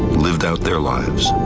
lived out their lives.